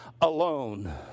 alone